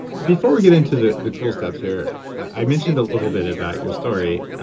before we get into the the cool stuff here, i mentioned a little bit about your story.